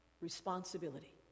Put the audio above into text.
responsibility